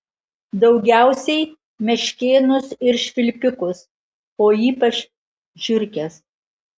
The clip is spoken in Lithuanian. daugiausiai meškėnus ir švilpikus o ypač žiurkes